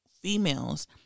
females